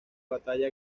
batalla